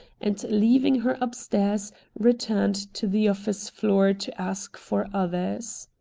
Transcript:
and leaving her upstairs returned to the office floor to ask for others.